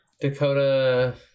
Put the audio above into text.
Dakota